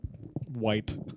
White